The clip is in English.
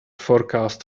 forecast